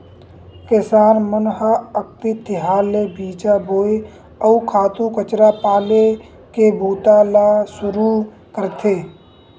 किसान मन ह अक्ति तिहार ले बीजा बोए, अउ खातू कचरा पाले के बूता ल सुरू करथे